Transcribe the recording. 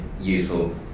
useful